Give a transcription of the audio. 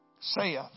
saith